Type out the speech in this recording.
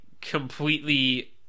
completely